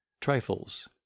trifles